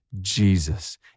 Jesus